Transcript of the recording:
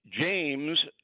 James